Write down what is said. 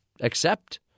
accept